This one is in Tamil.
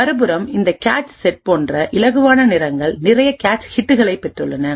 மறுபுறம் இந்த கேச் செட் போன்ற இலகுவான நிறங்கள் நிறைய கேச்ஹிட்களைக்பெற்றுள்ளன